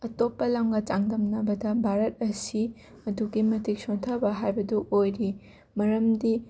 ꯑꯇꯣꯞꯄ ꯂꯝꯒ ꯆꯥꯡꯗꯝꯅꯕꯗ ꯕꯥꯔꯠ ꯑꯁꯤ ꯑꯗꯨꯛꯀꯤ ꯃꯇꯤꯛ ꯁꯣꯟꯊꯕ ꯍꯥꯏꯕꯗꯨ ꯑꯣꯏꯔꯤ ꯃꯔꯝꯗꯤ